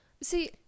See